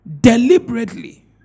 Deliberately